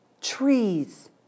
Trees